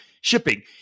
shipping